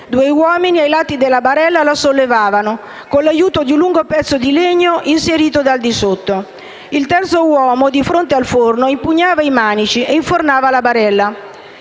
Due uomini, ai lati della barella, la sollevavano con l'aiuto di un lungo pezzo di legno inserito dal di sotto. Il terzo uomo, di fronte al forno, impugnava i manici e infornava la barella.